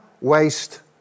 Waste